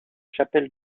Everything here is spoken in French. chapelle